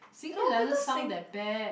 singlish doesn't sound that bad